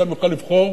ואדם יוכל לבחור,